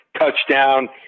touchdown